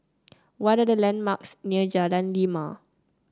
what are the landmarks near Jalan Lima